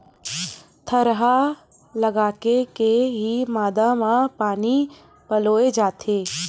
थरहा लगाके के ही मांदा म पानी पलोय जाथे